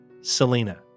Selena